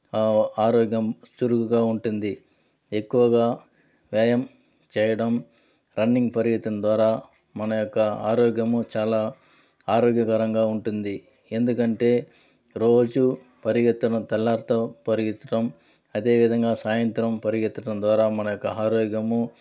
ఆరోగ్యం చురుకుగా ఉంటుంది ఎక్కువగా వ్యాయామం చేయడం రన్నింగ్ పరిగెత్తడం ద్వారా మన యొక్క ఆరోగ్యము చాలా ఆరోగ్యకరంగా ఉంటుంది ఎందుకంటే రోజు పరిగెత్తు తెల్లారితో పరిగెత్తడం అదేవిధంగా సాయంత్రం పరిగెత్తడం ద్వారా మన యొక్క ఆరోగ్యము